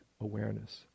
awareness